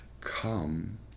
come